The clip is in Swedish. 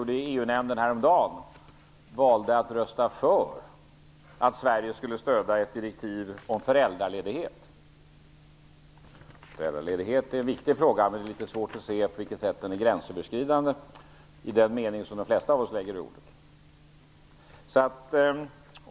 EU-nämnden häromdagen att rösta för att Sverige skulle stödja ett direktiv om föräldraledighet. Föräldraledighet är en viktig fråga, men det är litet svårt att se på vilket sätt den är gränsöverskridande i den mening som de flesta av oss lägger i ordet.